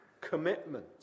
commitment